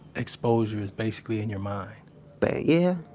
exposure is basically in your mind but yeah,